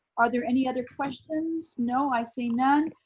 are there any other questions? no, i see none,